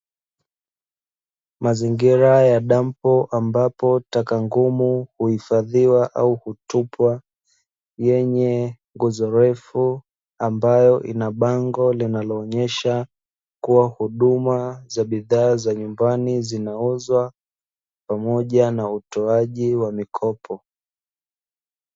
Mazingira ya dampo ambapo taka ngumu huifadhiwa au hutupwa, yenye nguzo ndefu ambayo inabango linaloonyesha kuwa huduma za bidhaa za nyumbani zinauzwa, pamoja na utoaji wa mikopo.